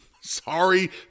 Sorry